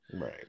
Right